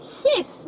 kiss